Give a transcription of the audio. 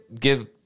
give